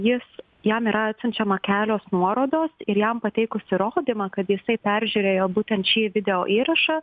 jis jam yra atsiunčiama kelios nuorodos ir jam pateikus įrodymą kad jisai peržiūrėjo būtent šį video įrašą